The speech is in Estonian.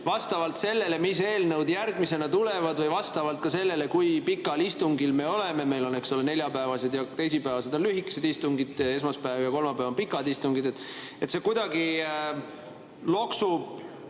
vastavalt sellele, mis eelnõud järgmisena tulevad, või vastavalt sellele, kui pikal istungil me oleme. Meil neljapäevased ja teisipäevased on lühikesed istungid, esmaspäev ja kolmapäev on pikad istungid. See kuidagi loksub